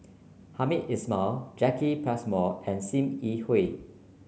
Hamed Ismail Jacki Passmore and Sim Yi Hui